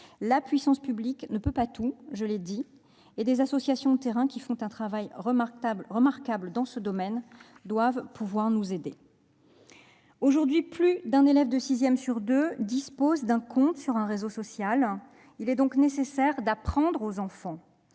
la puissance publique ne peut pas tout et les associations de terrain font un travail remarquable dans ce domaine : elles sont à même de nous aider. Aujourd'hui, plus d'un élève de sixième sur deux dispose d'un compte sur un réseau social. Il est donc nécessaire d'apprendre aux enfants